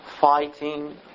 fighting